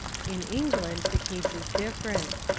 in england the case is different.